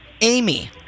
Amy